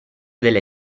delle